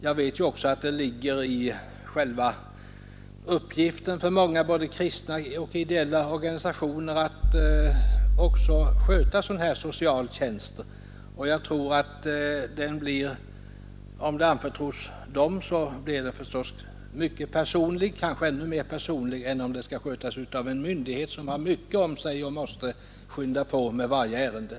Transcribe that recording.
Jag vet att det ligger i linje med strävandena för många kristna och ideella organisationer att också ägna sig åt sådan här socialtjänst, och jag tror att kontakterna om de anförtros dessa organisationer blir mycket personliga, kanske mer personliga än om de sköts av en myndighet, som har mycket om sig och måste skynda på med varje ärende.